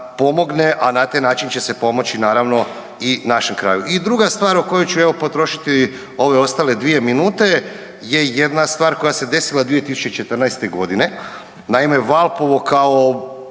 a na taj način će se pomoći naravno i našem kraju. I druga stvar o kojoj ću evo potrošiti ove ostale dvije minute je jedna stvar koja se desila 2014.g.. Naime, Valpovo kao